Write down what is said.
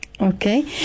Okay